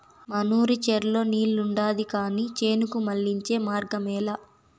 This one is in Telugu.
మనూరి చెర్లో నీరుండాది కానీ చేనుకు మళ్ళించే మార్గమేలే